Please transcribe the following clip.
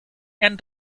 and